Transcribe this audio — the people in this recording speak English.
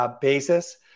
basis